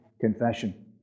confession